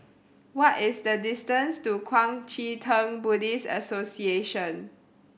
what is the distance to Kuang Chee Tng Buddhist Association